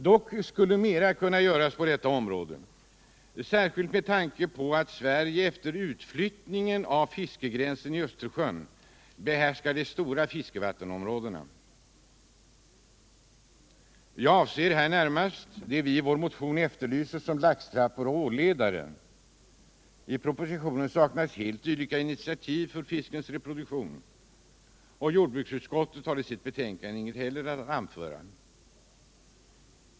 Dock skulle mera kunna göras på detta område, särskilt med tanke på att Sverige efter utflyttningen av fiskegränsen i Östersjön behärskar de stora fiskevattenområdena. Jag avser här närmast det vi i vår motion efterlyser, som laxtrappor och ålledare. I propositionen saknas helt dylika initiativ för fiskens reproduktion. Jordbruksutskottet har heller inget att anföra om detta i sitt betänkande.